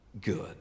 good